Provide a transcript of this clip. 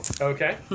okay